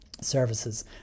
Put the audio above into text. services